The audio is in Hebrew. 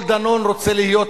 כל דנון רוצה להיות קוז'אק,